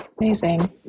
Amazing